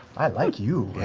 i like you.